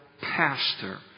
Pastor